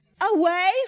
away